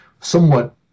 somewhat